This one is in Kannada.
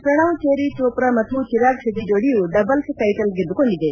ಪ್ರಣಾವ್ ಜೆರಿ ಚೋಪ್ರಾ ಮತ್ತು ಚಿರಾಗ್ ಶೆಟ್ಟಿ ಚೋಡಿಯು ಡಬಲ್ಸ್ ಟೈಟಲ್ ಗೆದ್ದುಕೊಂಡಿದೆ